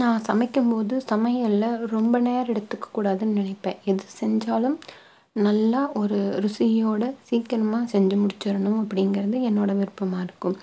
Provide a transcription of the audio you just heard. நான் சமைக்கும் போது சமையலில் ரொம்ப நேரம் எடுத்துக்கக்கூடாதுனு நினைப்பேன் எது செஞ்சாலும் நல்லா ஒரு ருசியோடு சீக்கிரமாக செஞ்சு முடிச்சிடணும் அப்படிங்கிறது என்னோடய விருப்பமாக இருக்கும்